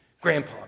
Grandpa